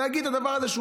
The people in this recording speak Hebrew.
להגיד את הדבר הזה.